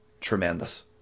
tremendous